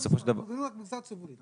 מדברים על המגזר הציבורי.